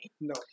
no